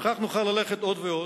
וכך נוכל ללכת עוד ועוד.